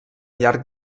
llarg